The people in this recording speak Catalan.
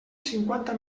cinquanta